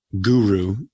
guru